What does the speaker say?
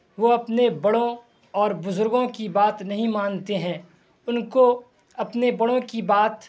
وہ اپنے بڑوں اور بزرگوں کی بات نہیں مانتے ہیں ان کو اپنے بڑوں کی بات